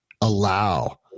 allow